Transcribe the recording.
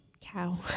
cow